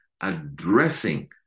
addressing